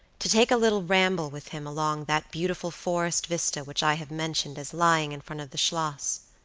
to take a little ramble with him along that beautiful forest vista which i have mentioned as lying in front of the schloss.